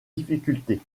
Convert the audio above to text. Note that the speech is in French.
difficultés